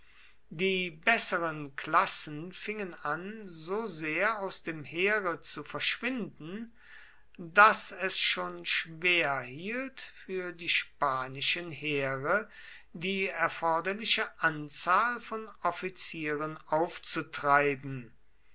die besseren klassen fingen an so sehr aus dem heere zu verschwinden daß es schon schwer hielt für die spanischen heere die erforderliche anzahl von offizieren aufzutreiben